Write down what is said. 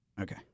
Okay